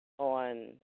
on